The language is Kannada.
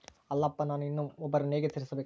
ಅಲ್ಲಪ್ಪ ನಾನು ಇನ್ನೂ ಒಬ್ಬರನ್ನ ಹೇಗೆ ಸೇರಿಸಬೇಕು?